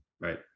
right